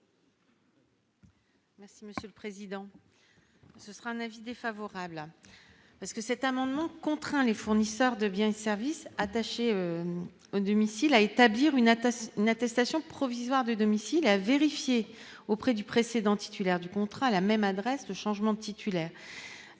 Merci monsieur le président, ce sera un avis défavorable, parce que cet amendement contraint les fournisseurs de biens et services attachés domicile missiles à établir une attaque n'attestation provisoire des domiciles à vérifier auprès du précédent titulaire du contrat, la même adresse le changement titulaire